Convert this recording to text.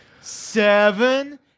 seven